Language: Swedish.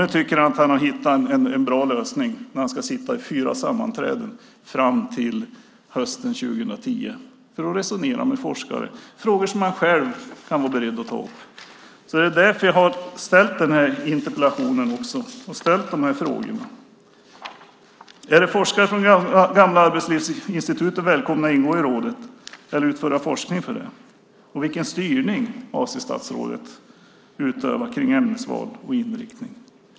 Nu tycker han att han har hittat en bra lösning när han ska sitta i fyra sammanträden fram till hösten 2010 för att resonera med forskare om frågor som han själv kan vara beredd att ta upp. Det är därför jag har ställt interpellationen och frågorna. Är forskare från det gamla Arbetslivsinstitutet välkomna att ingå i rådet eller att utföra forskning för det? Vilken styrning avser statsrådet att utöva för ämnesval och inriktning?